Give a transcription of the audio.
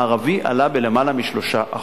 והמגזר הערבי עלה בלמעלה מ-3%.